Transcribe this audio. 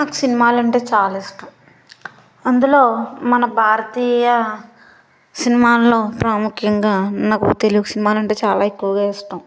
నాకు సినిమాలంటే చాలా ఇష్టం అందులో మన భారతీయ సినిమాల్లో ప్రాముఖ్యంగా నాకు తెలుగు సినిమాలు అంటే చాలా ఎక్కువగా ఇష్టం